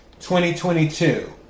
2022